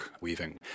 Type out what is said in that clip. weaving